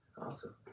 Awesome